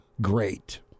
great